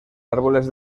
árboles